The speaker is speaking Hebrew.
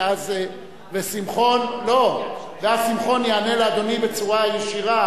ואז שמחון יענה לאדוני בצורה ישירה.